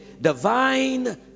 divine